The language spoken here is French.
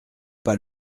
pas